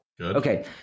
Okay